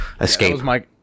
escape